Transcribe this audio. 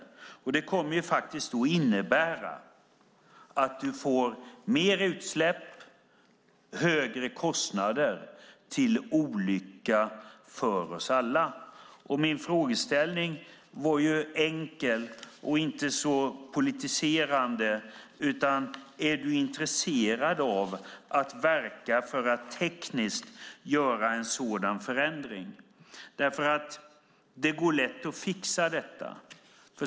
Det kommer att innebära mer utsläpp och högre kostnader, till olycka för oss alla. Min frågeställning var enkel och inte så politiserande: Är du intresserad av att verka för att tekniskt göra en sådan förändring? Det går lätt att fixa detta.